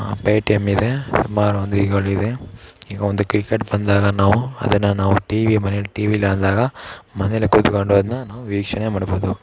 Paytm ಇದೆ ಇದೆ ಈಗ ಒಂದು ಕ್ರಿಕೆಟ್ ಬಂದಾಗ ನಾವು ಅದನ್ನು ನಾವು ಟಿವಿ ಮನೇಲಿ ಟಿವಿ ಇಲ್ಲ ಅಂದಾಗ ಮನೆಯಲ್ಲೆ ಕುತ್ಕೊಂಡು ಅದನ್ನ ನಾವು ವೀಕ್ಷಣೆ ಮಾಡ್ಬೌದು